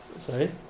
Sorry